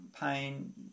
pain